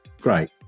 great